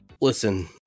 Listen